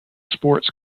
sports